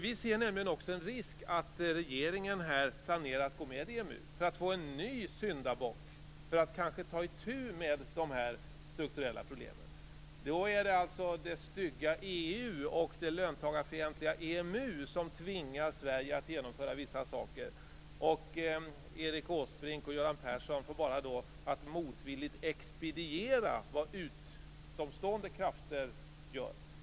Vi ser nämligen också en risk att regeringen planerar att gå med i EMU för att få en ny syndabock för att kanske ta itu med dessa strukturella problem. Då är det alltså det stygga EU och det löntagarfientliga EMU som tvingar Sverige att genomföra vissa saker, och Erik Åsbrink och Göran Persson får bara motvilligt expediera vad utomstående krafter gör.